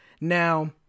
Now